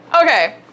okay